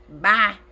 Bye